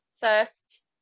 first